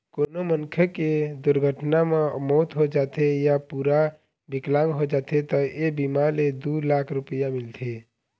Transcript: कोनो मनखे के दुरघटना म मउत हो जाथे य पूरा बिकलांग हो जाथे त ए बीमा ले दू लाख रूपिया मिलथे